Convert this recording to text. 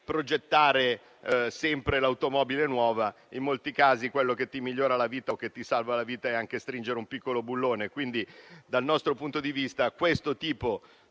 progettare l'automobile nuova: in molti casi quello che ti migliora o ti salva la vita è anche stringere un piccolo bullone. Pertanto, dal nostro punto di vista, questo tipo di